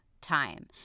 time